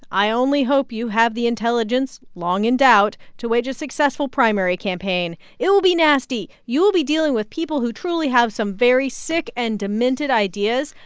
i only hope you have the intelligence long in doubt to wage a successful primary campaign. it will be nasty. you will be dealing with people who truly have some very sick and demented ideas.